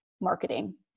marketing